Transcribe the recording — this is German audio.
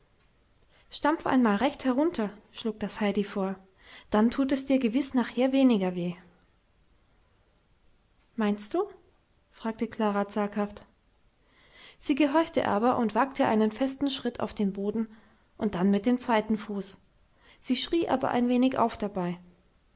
stampf einmal recht herunter schlug das heidi vor dann tut es dir gewiß nachher weniger weh meinst du sagte klara zaghaft sie gehorchte aber und wagte einen festen schritt auf den boden und dann mit dem zweiten fuß sie schrie aber ein wenig auf dabei